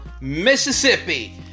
Mississippi